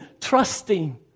trusting